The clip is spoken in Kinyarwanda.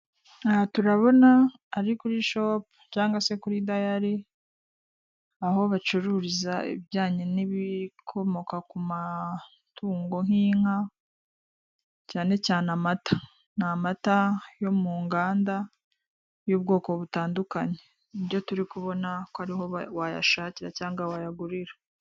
Aha turabona ari kuri shopu cyangwa se kuri dayari aho bacururiza ibijyanye n'ibikomoka ku matungo nk'inka cyane cyane amata. Ni amata yo mu nganda y'ubwoko butandukanye ni byo turi kubona ko ariho wayashakira cyangwa wayagurira.